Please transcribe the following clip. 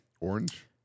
Orange